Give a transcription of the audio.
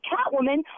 Catwoman